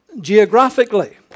geographically